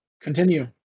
Continue